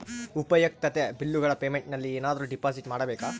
ಉಪಯುಕ್ತತೆ ಬಿಲ್ಲುಗಳ ಪೇಮೆಂಟ್ ನಲ್ಲಿ ಏನಾದರೂ ಡಿಪಾಸಿಟ್ ಮಾಡಬೇಕಾ?